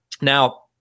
Now